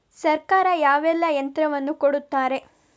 ಸರ್ಕಾರ ಯಾವೆಲ್ಲಾ ಯಂತ್ರವನ್ನು ಕೊಡುತ್ತಾರೆ?